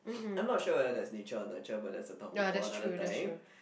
I'm not sure whether that's nature or nurture but that's a topic for another time